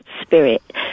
spirit